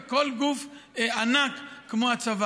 זה יכול בכל גוף ענק כמו הצבא.